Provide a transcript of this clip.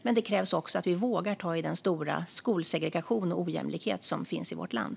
Men det krävs också att vi vågar ta i den stora skolsegregation och ojämlikhet som finns i vårt land.